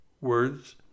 words